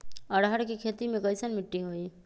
अरहर के खेती मे कैसन मिट्टी होइ?